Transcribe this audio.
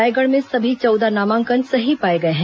रायगढ़ में सभी चौदह नामांकन सही पाए गए हैं